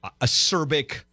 acerbic